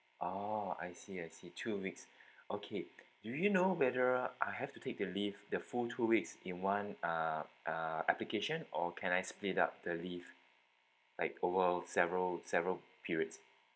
oh I see I see two weeks okay do you know whether I have to take the leave the full two weeks in one uh uh application or can I split up the leave like overall several several periods